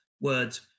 words